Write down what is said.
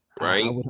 right